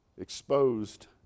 exposed